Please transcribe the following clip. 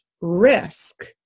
risk